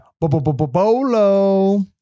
Bolo